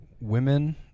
women